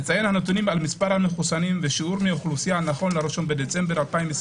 נתונים על מספר המחוסנים ושיעורם מאוכלוסייה נכון ל-1 בדצמבר 2021